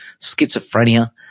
schizophrenia